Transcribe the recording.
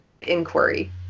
inquiry